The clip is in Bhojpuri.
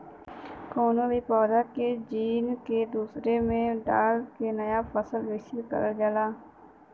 कउनो भी पौधा के जीन के दूसरे में डाल के नया फसल विकसित करल जाला